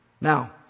Now